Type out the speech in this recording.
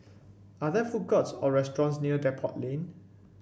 are there food courts or restaurants near Depot Lane